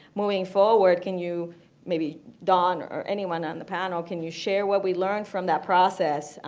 moving forward can you maybe don or anyone and can ah can you share what we learned from that process.